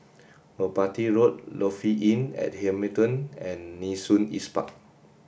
Merpati Road Lofi Inn at Hamilton and Nee Soon East Park